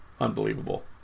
Unbelievable